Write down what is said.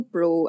Pro